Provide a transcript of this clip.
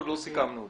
עוד לא סיכמנו אותו.